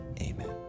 amen